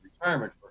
retirement